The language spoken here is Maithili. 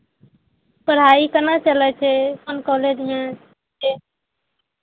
पढ़ाइ केना चलै छै कोन कॉलेजमे छियै